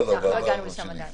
בהארכת תקש"ח, לא הגענו לשם עדיין.